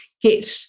get